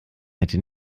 hätte